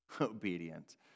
obedient